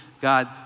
God